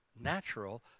natural